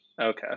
Okay